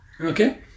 Okay